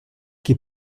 qui